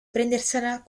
prendersela